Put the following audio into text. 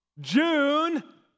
June